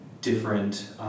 different